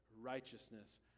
righteousness